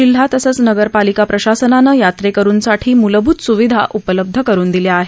जिल्हा तसंच नागरपालिका प्रशासनानं यात्रेकरुंसाठी मूलभूत स्विधा उपलब्ध करून दिल्या आहेत